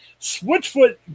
Switchfoot